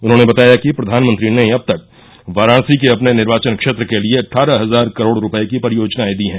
उन्होंने बताया कि प्रधानमंत्री ने अब तक वाराणसी के अपने निर्वाचन क्षेत्र के लिए अट्ठारह हजार करोड़ रुपये की परियोजनाएं दी हैं